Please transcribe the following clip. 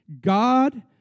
God